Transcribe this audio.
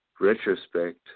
retrospect